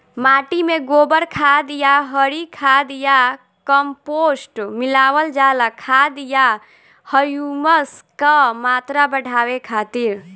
माटी में गोबर खाद या हरी खाद या कम्पोस्ट मिलावल जाला खाद या ह्यूमस क मात्रा बढ़ावे खातिर?